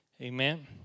Amen